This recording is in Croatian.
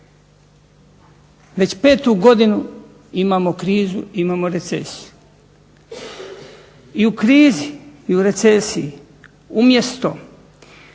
Veću petu godinu imamo krizu, imamo recesiju. I u krizi i u recesiji umjesto